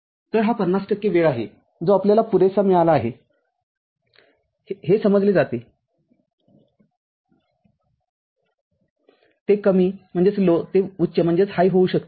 तर हा ५० टक्के वेळ आहे जो आपल्याला पुरेसा मिळाला आहे हे समजले जाते ते कमी ते उच्च होऊ शकते